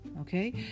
Okay